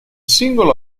singolo